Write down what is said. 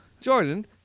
Jordan